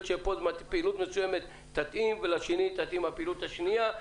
שכאן זאת פעילות מסוימת תתאים ולמקום השני תתאים הפעילות השנייה.